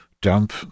dump